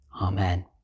Amen